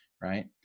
right